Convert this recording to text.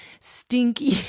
stinky